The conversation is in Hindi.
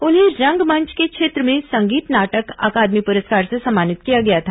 उन्हें रंगमंच के क्षेत्र में संगीत नाटक अकादमी पुरस्कार से सम्मानित किया गया था